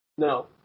No